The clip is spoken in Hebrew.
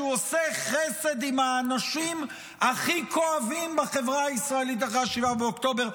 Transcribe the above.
שהוא עושה חסד עם האנשים הכי כואבים בחברה הישראלית אחרי 7 באוקטובר,